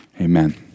amen